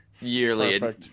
yearly